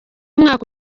umwaka